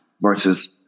versus